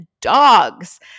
dogs